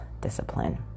discipline